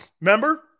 Remember